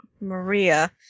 Maria